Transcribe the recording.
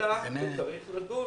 אלא צריך לדון